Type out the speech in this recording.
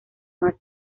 más